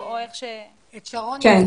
כן.